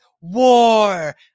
war